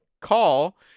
call